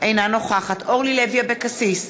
אינה נוכחת אורלי לוי אבקסיס,